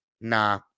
nah